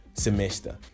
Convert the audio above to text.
semester